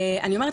אני אומרת,